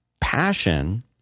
passion